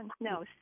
No